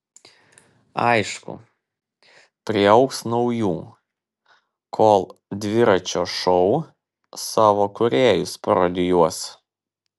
aišku priaugs naujų kol dviračio šou savo kūrėjus parodijuos